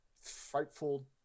frightful